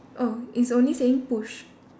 oh it's only saying push